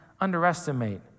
underestimate